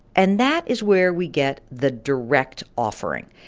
and that is where we get the direct offering.